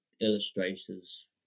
illustrators